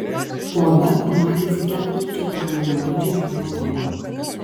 po oda matėsi ketvirčio dolerio dydžio hematoma